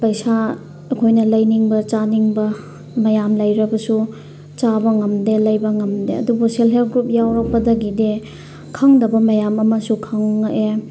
ꯄꯩꯁꯥ ꯑꯩꯈꯣꯏꯅ ꯂꯩꯅꯤꯡꯕ ꯆꯥꯅꯤꯡꯕ ꯃꯌꯥꯝ ꯂꯩꯔꯕꯁꯨ ꯆꯥꯕ ꯉꯝꯗꯦ ꯂꯩꯕ ꯉꯝꯗꯦ ꯑꯗꯨꯕꯨ ꯁꯦꯜꯐ ꯍꯦꯜꯞ ꯒ꯭ꯔꯨꯞ ꯌꯥꯎꯔꯛꯄꯗꯒꯤꯗꯤ ꯈꯪꯗꯕ ꯃꯌꯥꯝ ꯑꯃꯁꯨ ꯈꯪꯉꯛꯑꯦ